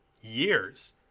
years